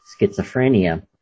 schizophrenia